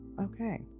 Okay